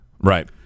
Right